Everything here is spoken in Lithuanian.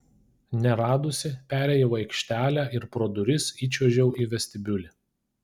neradusi perėjau aikštelę ir pro duris įčiuožiau į vestibiulį